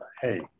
hey